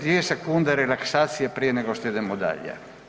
Dvije sekunde relaksacije prije nego što idemo dalje.